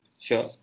Sure